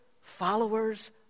followers